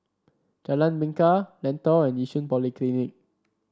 Jalan Bingka Lentor and Yishun Polyclinic